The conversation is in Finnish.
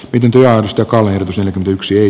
pidentyjaosto kaavaehdotus on yksi ei